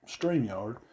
StreamYard